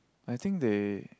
I think they